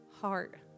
heart